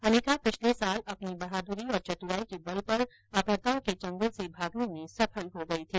अनिका पिछले साल अपनी बहाद्री और चतुराई के बल पर अपहर्ताओं के चंगुल से भागने में सफल हो गई थी